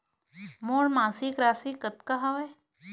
मोर मासिक राशि कतका हवय?